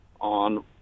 on